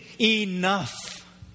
enough